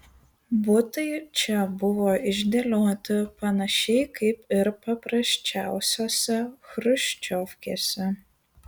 butai čia buvo išdėlioti panašiai kaip ir paprasčiausiose chruščiovkėse